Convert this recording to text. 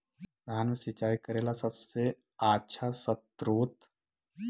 धान मे सिंचाई करे ला सबसे आछा स्त्रोत्र?